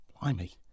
Blimey